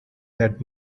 that